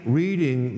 reading